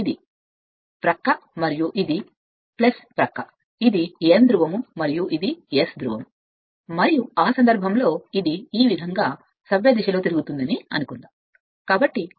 ఇది ప్రక్క మరియు ఇది ప్రక్క ఇది N ధ్రువం మరియు ఇది S ధ్రువం మరియు ఆ సందర్భంలో ఇది ఈ విధంగా తిరుగుతుందని అనుకుందాం సవ్య దిశలో